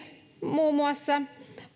muun muassa